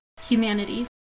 humanity